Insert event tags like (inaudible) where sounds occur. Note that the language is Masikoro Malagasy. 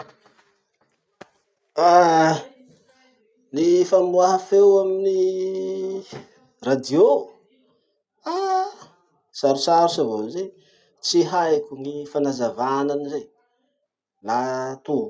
(noise) Ny famoaha feo amin'ny radio, ah sarosarotsy avao anizay. Tsy haiko gny fanazavà anizay, la to!